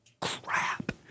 crap